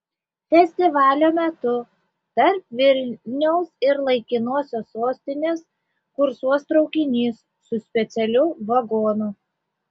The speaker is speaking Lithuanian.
festivalio metu tarp vilniaus ir laikinosios sostinės kursuos traukinys su specialiu vagonu